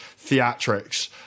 theatrics